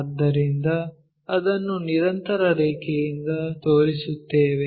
ಆದ್ದರಿಂದ ಅದನ್ನು ನಿರಂತರ ರೇಖೆಯಿಂದ ತೋರಿಸುತ್ತೇವೆ